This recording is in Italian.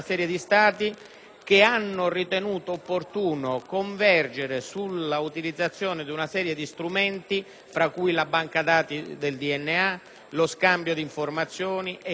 che hanno ritenuto opportuno convergere sulla utilizzazione di una serie di strumenti (tra cui la banca dati del DNA e lo scambio di informazioni) e lo